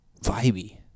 vibey